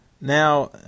now